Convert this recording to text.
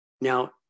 Now